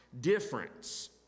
difference